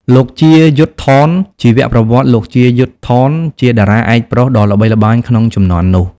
លោក ជា យុទ្ធថន ជីវប្រវត្តិ លោក ជា យុទ្ធថន ជាតារាឯកប្រុសដ៏ល្បីល្បាញក្នុងជំនាន់នោះ។